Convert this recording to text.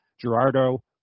Gerardo